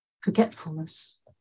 forgetfulness